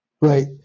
right